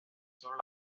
solo